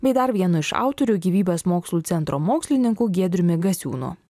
bei dar vienu iš autorių gyvybės mokslų centro mokslininkų giedriumi gasiūnu